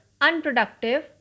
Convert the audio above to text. unproductive